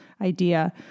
idea